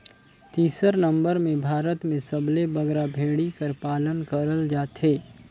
तीसर नंबर में भारत में सबले बगरा भेंड़ी कर पालन करल जाथे